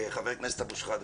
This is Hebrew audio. חבר הכנסת אבו שחאדה,